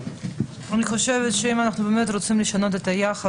אני חושבת שאם אנחנו באמת רוצים לשנות את היחס,